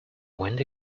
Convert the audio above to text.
went